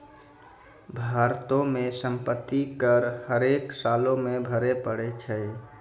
भारतो मे सम्पति कर हरेक सालो मे भरे पड़ै छै